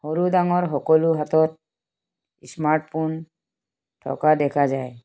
সৰু ডাঙৰ সকলোৰ হাতত স্মাৰ্টফোন থকা দেখা যায়